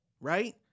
right